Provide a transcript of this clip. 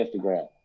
Instagram